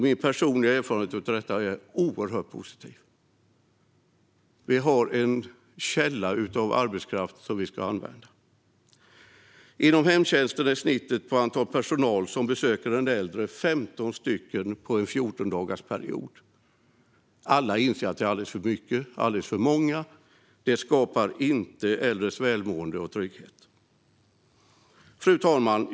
Min personliga erfarenhet av detta är oerhört positiv. Vi har en källa av arbetskraft som vi ska använda. Inom hemtjänsten är snittet på antalet personal som besöker den äldre 15 på en 14-dagarsperiod. Alla inser att det är alldeles för många. Det bidrar inte till de äldres välmående och skapar inte trygghet. Fru talman!